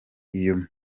iyo